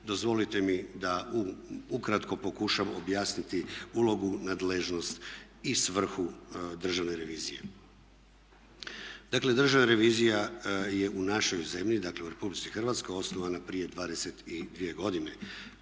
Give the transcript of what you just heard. dozvolite mi da ukratko pokušam objasniti ulogu, nadležnost i svrhu Državne revizije. Dakle, Državna revizija je u našoj zemlji, dakle u Republici Hrvatskoj, osnovana prije 22 godine.